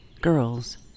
girls